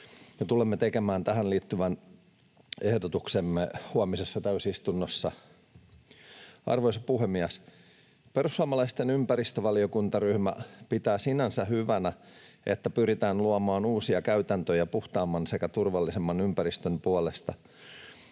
tulemme tekemään tähän liittyvän ehdotuksemme huomisessa täysistunnossa. Arvoisa puhemies! Perussuomalaisten ympäristövaliokuntaryhmä pitää sinänsä hyvänä, että pyritään luomaan uusia käytäntöjä puhtaamman sekä turvallisemman ympäristön puolesta.